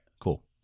Cool